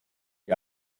die